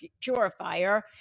purifier